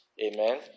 amen